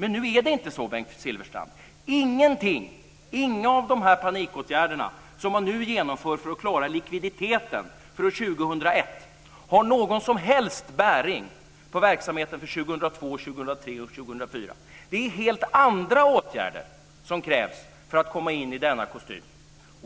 Men nu är det inte så, Bengt Silfverstrand. Inga av de panikåtgärder som man nu genomför för att klara likviditeten för år 2001 har någon som helst bäring på verksamheten för 2002, 2003 och 2004. Det är helt andra åtgärder som krävs för att man ska komma in i denna kostym.